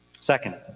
Second